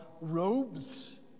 robes